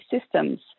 systems